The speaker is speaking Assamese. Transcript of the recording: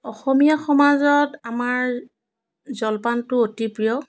অসমীয়া সমাজত আমাৰ জলপানটো অতি প্ৰিয়